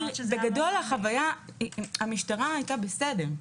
בגדול, המשטרה היתה בסדר.